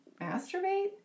masturbate